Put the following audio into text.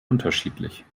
unterschiedlich